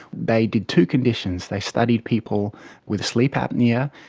they did two conditions. they studied people with sleep apnoea,